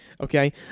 Okay